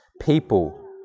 people